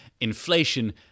inflation